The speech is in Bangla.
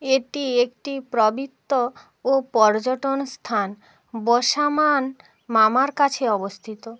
এটি একটি পবিত্র ও পর্যটন স্থান বসামান মামার কাছে অবস্থিত